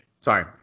Sorry